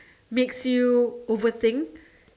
makes you overthink